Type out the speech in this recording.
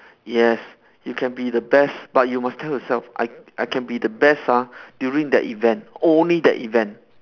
yes you can be the best but you must tell yourself I I can be the best ah during that event only that event